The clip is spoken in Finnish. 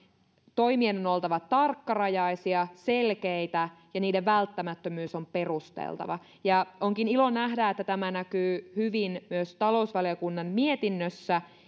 toimien on oltava tarkkarajaisia selkeitä ja niiden välttämättömyys on perusteltava onkin ilo nähdä että tämä näkyy hyvin myös talousvaliokunnan mietinnössä